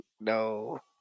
no